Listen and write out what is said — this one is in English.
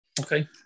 Okay